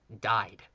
died